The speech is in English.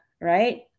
right